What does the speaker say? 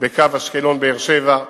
בקו אשקלון באר-שבע.